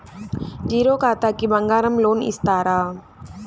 Zero ఖాతాకి బంగారం loan ఇస్తారా?